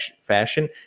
fashion